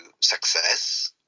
success